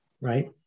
right